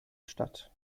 stadt